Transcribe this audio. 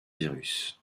virus